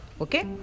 Okay